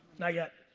not yet.